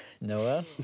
Noah